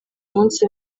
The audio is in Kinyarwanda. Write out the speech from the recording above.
munsi